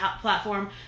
platform